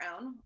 own